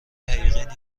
حقیقی